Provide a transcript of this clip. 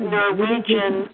Norwegian